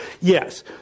Yes